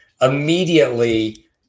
immediately